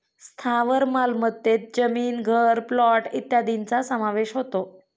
स्थावर मालमत्तेत जमीन, घर, प्लॉट इत्यादींचा समावेश होतो